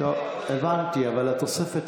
היו"ר